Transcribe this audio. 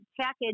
package